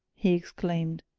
he exclaimed.